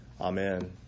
Amen